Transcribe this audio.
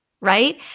right